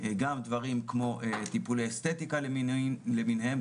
גם דברים כמו טיפולי אסתטיקה למיניהם,